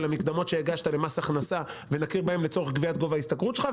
המקדמות שהם הגישו למס הכנסה ולהכיר בהן לצורך קביעת גובה ההשתכרות שלהם,